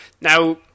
Now